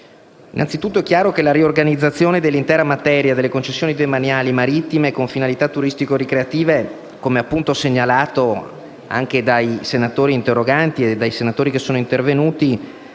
Innanzi tutto, è chiaro che la riorganizzazione dell'intera materia delle concessioni demaniali marittime con finalità turistico-ricreative, come segnalato anche dai senatori che sono intervenuti,